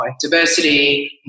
diversity